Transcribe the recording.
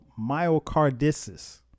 myocarditis